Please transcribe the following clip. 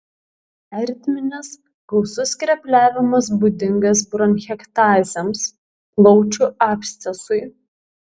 ertminis gausus skrepliavimas būdingas bronchektazėms plaučių abscesui